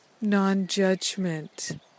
non-judgment